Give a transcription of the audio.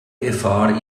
gefahr